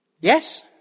Yes